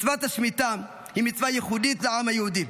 מצוות השמיטה היא מצווה ייחודית לעם היהודי,